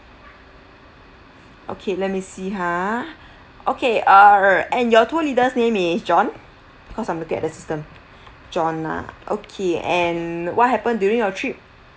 okay let me see ha okay err and your tour leader's name is john because I'm looking at the system john lah okay and what happened during your trip